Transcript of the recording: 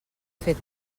fet